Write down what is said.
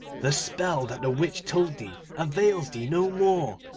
the spell that the witch told thee avails thee no more,